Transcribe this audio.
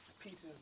pieces